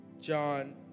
John